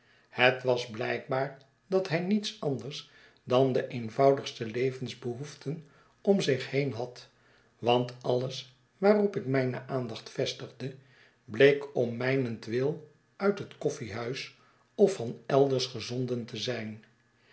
het was blijkbaar dat hij niets anders dan de eenvoudigste levensbehoeften om zich heen had want alles waarop ik mijne aandacht vestigde bleek om mijnentwil uit het koffiehuis of van elders gezonden te zijn